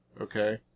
okay